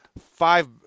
five